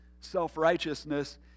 self-righteousness